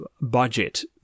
budget